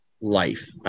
life